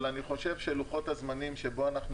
אבל אני חושב שלוחות הזמנים שבהם אנחנו